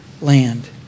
land